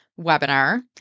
webinar